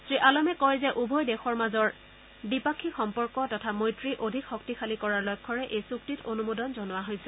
শ্ৰীআলমে কয় যে উভয় দেশৰ মাজৰ দ্বিপাক্ষিক সম্পৰ্ক তথা মৈত্ৰী অধিক শক্তিশালী কৰাৰ লক্ষ্যৰে এই চুক্তিত অনুমোদন জনোৱা হৈছে